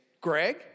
Greg